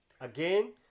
Again